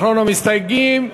אחרון המסתייגים.